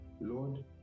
lord